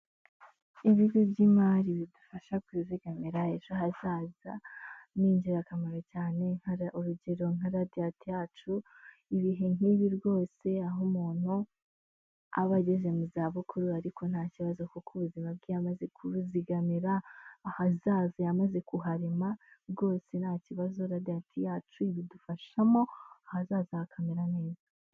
Ibigo by'imari bidufasha kwizigamira ejo hazaza, ni ingirakamaro cyane urugero nka radiyanti yacu, ibihe nk'ibi rwose aho umuntu aba ageze mu zabukuru ariko nta kibazo kuko ubuzima bwe ya amaze kuzigamira, ahazaza yamaze kuharema rwose nta kibazo radiyanti yacu ibidufashamo, ahazaza hakamera neza.